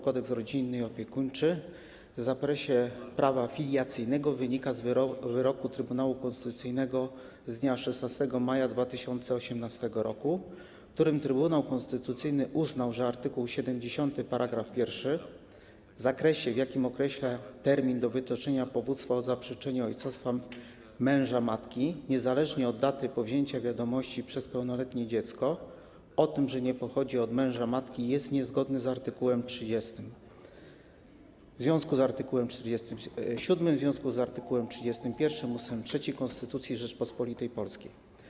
Kodeks rodzinny i opiekuńczy w zakresie prawa filiacyjnego wynika z wyroku Trybunału Konstytucyjnego z dnia 16 maja 2018 r., w którym Trybunał Konstytucyjny uznał, że art. 70 § 1 w zakresie, w jakim określa termin do wytoczenia powództwa o zaprzeczeniu ojcostwa męża matki niezależnie od daty powzięcia wiadomości przez pełnoletnie dziecko o tym, że nie pochodzi od męża matki, jest niezgodne z art. 30 w związku z art. 37 w związku z art. 31 ust. 3 Konstytucji Rzeczypospolitej Polskiej.